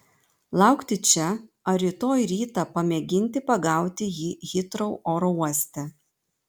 laukti čia ar rytoj rytą pamėginti pagauti jį hitrou oro uoste